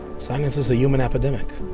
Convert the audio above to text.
silence is a human epedemic.